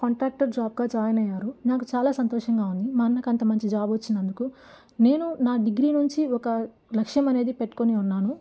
contractor జాబ్గా join అయ్యారు నాకు చాలా సంతోషంగా ఉంది మా అన్నకి అంత మంచి జాబ్ వచ్చినందుకు నేను నా డిగ్రీ నుంచి ఒక లక్ష్యం అనేది పెట్టుకొని ఉన్నాను